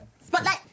Spotlight